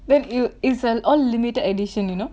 like yo~ is an all limited edition you know